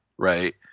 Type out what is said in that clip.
Right